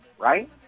Right